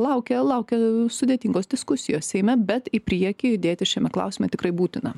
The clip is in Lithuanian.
laukia laukia sudėtingos diskusijos seime bet į priekį judėti šiame klausime tikrai būtina